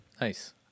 Nice